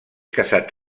casat